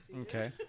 Okay